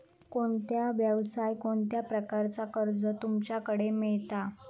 कोणत्या यवसाय कोणत्या प्रकारचा कर्ज तुमच्याकडे मेलता?